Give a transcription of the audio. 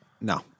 No